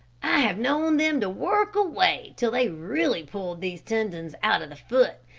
i have known them to work away till they really pulled these tendons out of the foot,